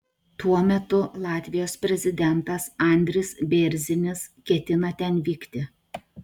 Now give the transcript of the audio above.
tuo metu latvijos prezidentas andris bėrzinis ketina ten vykti